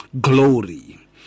glory